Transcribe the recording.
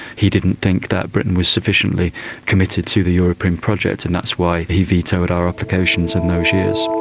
he didn't think that britain was sufficiently committed to the european project, and that's why he vetoed our applications in those years.